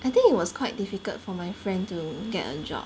I think it was quite difficult for my friend to get a job